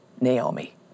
Naomi